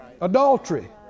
adultery